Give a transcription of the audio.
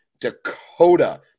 Dakota